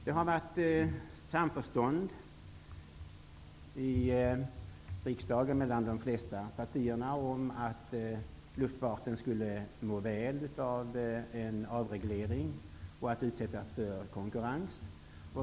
Det har varit samförstånd i riksdagen mellan de flesta partier om att luftfarten skulle må väl av en avreglering och av att utsättas för konkurrens.